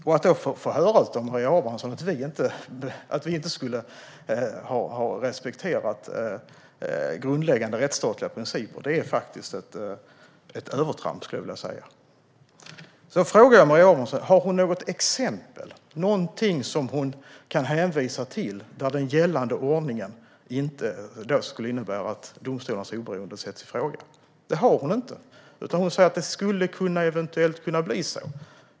Nu får jag höra av Maria Abrahamsson att vi inte skulle ha respekterat grundläggande rättsstatliga principer. Det är ett övertramp, skulle jag vilja säga. Jag frågade Maria Abrahamsson om hon kan hänvisa till något exempel på att den gällande ordningen skulle innebära att domstolarnas oberoende ifrågasätts. Det har hon inte gjort. Hon säger att det eventuellt skulle kunna bli så.